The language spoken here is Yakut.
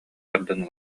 тардан